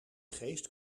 geest